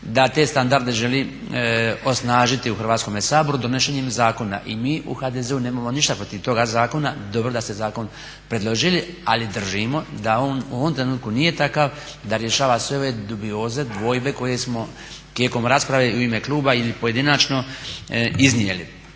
da te standarde želi osnažiti u Hrvatskom saboru donošenjem zakona i mi u HDZ-u nemamo ništa protiv toga zakona. Dobro da ste zakon predložili, ali držimo da on u ovom trenutku nije takav da rješava sve ove dubioze, dvojbe koje smo tijekom rasprave i u ime kluba i pojedinačno iznijeli.